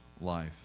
life